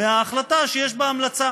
מהחלטה שיש בהמלצה.